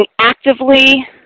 actively